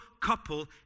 couple